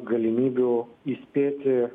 galimybių įspėti